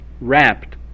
wrapped